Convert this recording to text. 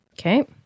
Okay